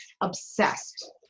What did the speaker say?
obsessed